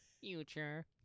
Future